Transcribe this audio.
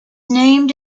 named